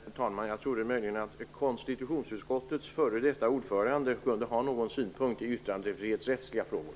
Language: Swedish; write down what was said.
Herr talman! Jag trodde att konsitutionsutskottets f.d. ordförande möjligen kunde ha någon synpunkt i yttrandefrihetsrättsliga frågor.